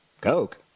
Coke